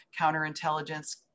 counterintelligence